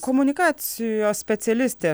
komunikacijos specialistė